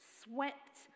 swept